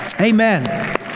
Amen